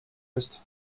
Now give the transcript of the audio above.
ist